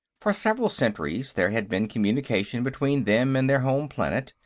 for several centuries, there had been communication between them and their home planet.